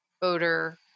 voter